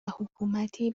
حکومتی